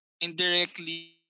Indirectly